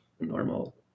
normal